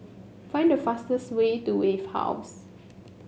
find the fastest way to Wave House